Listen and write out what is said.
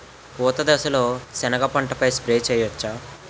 పూత దశలో సెనగ పంటపై స్ప్రే చేయచ్చా?